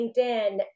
LinkedIn